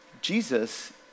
Jesus